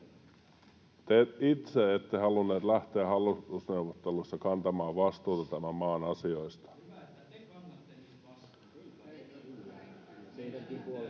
Te itse ette halunneet lähteä hallitusneuvotteluissa kantamaan vastuuta tämän maan asioista. [Tuomas Kettunen: Hyvä, että te kannatte nyt vastuun!